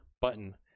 button